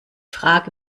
frage